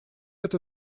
это